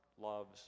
loves